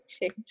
change